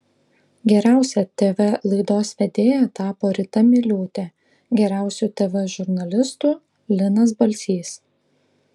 geriausia tv laidos vedėja tapo rita miliūtė geriausiu tv žurnalistu linas balsys